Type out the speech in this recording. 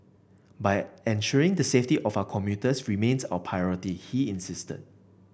but ensuring the safety of our commuters remains our priority he insisted